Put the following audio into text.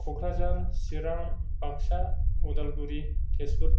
Kokrajhar Chirang Baksa Udalguri Tezpur